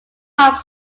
pop